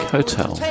Hotel